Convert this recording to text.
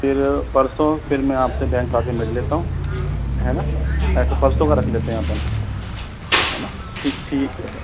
फिर परसों फिर मैं आप से बैंक आकर मिल लेता हूँ है न ऐसा परसों का रख लेते हैं अपन है न ठीक ठीक है